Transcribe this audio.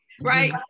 right